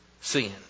sin